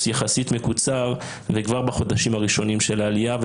יחסית מקוצר כבר בחודשים הראשונים של העלייה.